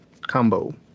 combo